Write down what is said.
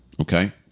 Okay